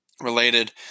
related